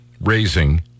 raising